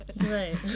Right